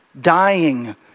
dying